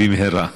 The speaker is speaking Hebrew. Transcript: במהרה.